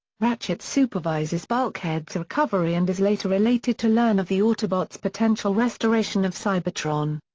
ratchet supervises bulkhead's recovery and is later elated to learn of the autobots' potential restoration of cybertron.